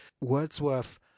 Wordsworth